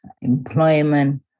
employment